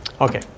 okay